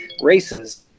races